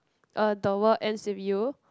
uh the World Ends with You